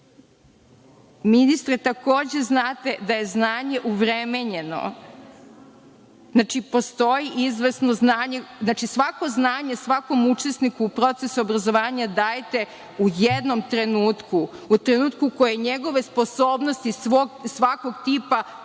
Nije. Ministre, takođe znate da je znanje uvremenjeno. Znači, svako znanje, svakom učesniku u procesu obrazovanja dajete u jednom trenutku, u trenutku koje njegove sposobnosti svakog tipa